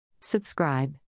Subscribe